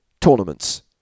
tournaments